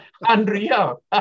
unreal